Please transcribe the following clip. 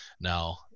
Now